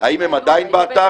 האם הם עדיין באתר?